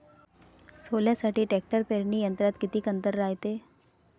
सोल्यासाठी ट्रॅक्टर पेरणी यंत्रात किती अंतर रायते?